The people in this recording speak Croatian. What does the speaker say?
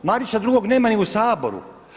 Marića drugog nema ni u Saboru.